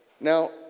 Now